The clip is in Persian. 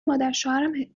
مادرشوهرم